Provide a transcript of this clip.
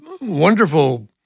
wonderful